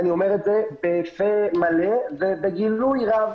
ואני אומר את זה בפה מלא ובגילוי רב